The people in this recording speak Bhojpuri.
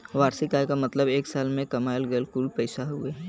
वार्षिक आय क मतलब एक साल में कमायल गयल कुल पैसा हउवे